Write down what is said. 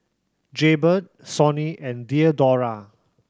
Jaybird Sony and Diadora